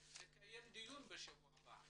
נקיים דיון באריכות בשבוע הבא.